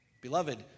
Beloved